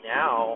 now